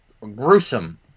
gruesome